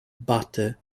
butte